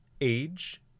age